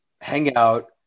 hangout